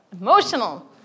Emotional